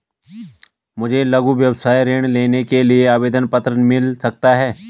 मुझे लघु व्यवसाय ऋण लेने के लिए आवेदन पत्र मिल सकता है?